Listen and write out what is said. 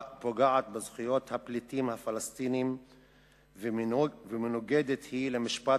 פוגעת בזכויות הפליטים הפלסטינים ומנוגדת היא למשפט